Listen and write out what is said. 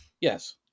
yes